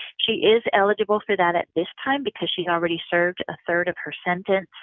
she is eligible for that at this time because she's already served a third of her sentence.